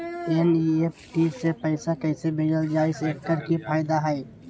NEFT से पैसा कैसे भेजल जाइछइ? एकर की फायदा हई?